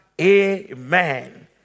amen